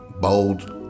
bold